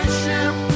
ship